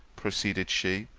proceeded she,